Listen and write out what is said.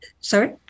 sorry